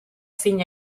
zin